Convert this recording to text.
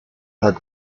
had